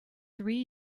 three